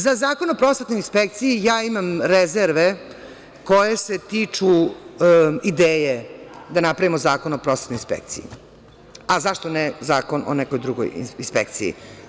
Za zakon o prosvetnoj inspekciji ja imam rezerve koje se tiču ideje da napravimo zakon o prosvetnoj inspekciji, a zašto ne zakon o nekoj drugoj inspekciji?